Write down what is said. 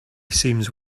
seems